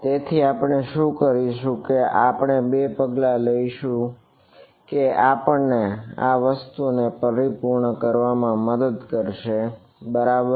તેથી આપણે શું કરશું કે આપણે બે પગલાં લઈશું કે આપણને આ વસ્તુને પરિપૂર્ણ કરવામાં મદદ કરશે બરાબર